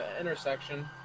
intersection